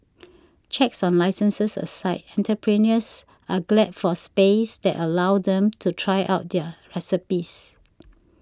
checks on licences aside entrepreneurs are glad for spaces that allow them to try out their recipes